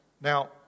Now